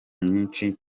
myinshi